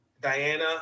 Diana